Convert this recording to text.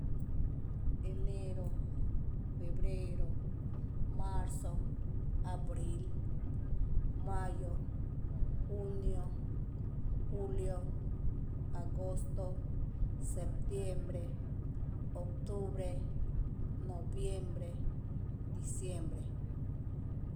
eneero, febreero, maarzo, abriil, maayo, juunio, juulio, agoosto, septieembre, octuubre, novieembre, dicieembre.